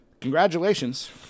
Congratulations